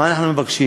מה אנחנו מבקשים,